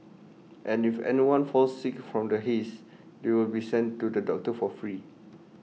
and if anyone falls sick from the haze they will be sent to the doctor for free